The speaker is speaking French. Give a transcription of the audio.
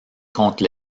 contre